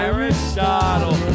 Aristotle